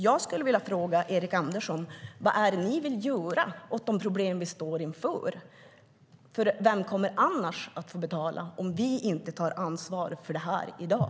Jag skulle vilja fråga Erik Andersson vad det är ni vill göra åt de problem vi står inför. Vem kommer att få betala om vi inte tar ansvar för det här i dag?